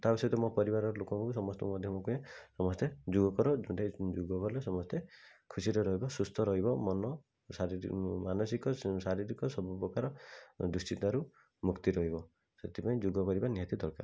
ତା ସହିତ ମୋ ପରିବାରର ଲୋକଙ୍କୁ ସମସ୍ତଙ୍କୁ ମଧ୍ୟ ମୁଁ କୁହେ ସମସ୍ତେ ଯୋଗ କର ଯୋଗ କଲେ ସମସ୍ତେ ଖୁସିରେ ରହିବ ସୁସ୍ଥ ରହିବ ମନ ଶାରୀରିକ ମାନସିକ ଶାରୀରିକ ସବୁପ୍ରକାର ଦୁଃଶ୍ଚିନ୍ତା ରୁ ମୁକ୍ତି ରହିବ ସେଥିପାଇଁ ଯୋଗକରିବା ନିହାତି ଦରକାର